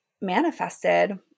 manifested